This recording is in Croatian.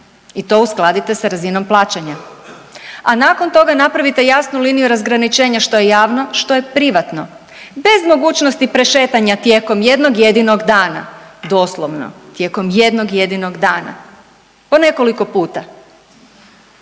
i to uskladite sa razinom plaćanja. A nakon toga napravite jasnu liniju razgraničenja što je javno, što je privatno bez mogućnosti prešetanja tijekom jednog jedinog dana, doslovno tijekom jednog jedinog dana po nekoliko puta.